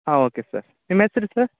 ಹಾಂ okay sir ನಿಮ್ಮ ಹೆಸ್ರು ಸರ್